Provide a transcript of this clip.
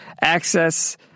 access